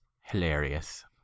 hilarious